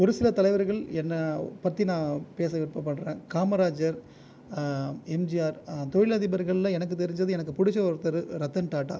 ஒரு சில தலைவர்கள் என்னை பற்றி நான் பேச விருப்பப்படுகிறேன் காமராஜர் எம்ஜிஆர் தொழிலதிபர்கள் எனக்கு தெரிஞ்சது எனக்கு பிடிச்ச ஒருத்தர்ரு ரத்தன் டாட்டா